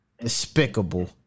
Despicable